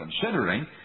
considering